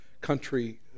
country